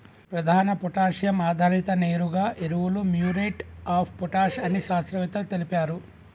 ప్రధాన పొటాషియం ఆధారిత నేరుగా ఎరువులు మ్యూరేట్ ఆఫ్ పొటాష్ అని శాస్త్రవేత్తలు తెలిపారు